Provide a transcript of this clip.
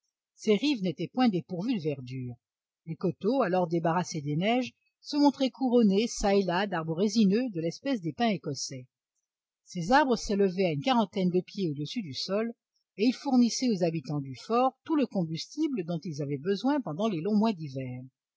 ces rives n'étaient point dépourvues de verdure les coteaux alors débarrassées des neiges se montraient couronnés çà et là d'arbres résineux de l'espèce des pins écossais ces arbres s'élevaient à une quarantaine de pieds au-dessus du sol et ils fournissaient aux habitants du fort tout le combustible dont ils avaient besoin pendant les longs mois d'hiver